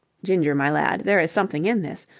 ginger, my lad, there is something in this.